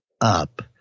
up